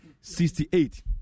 sixty-eight